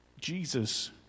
Jesus